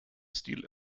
stil